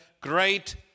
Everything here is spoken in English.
great